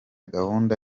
gahunda